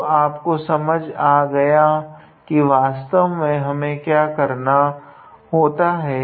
तो आपको समझ आगया है की वास्तव में हमें क्या करना होता है